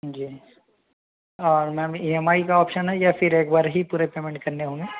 ji ma'am E M I का option है या फिर एक बार ही पूरे पेमेंट करने होंगे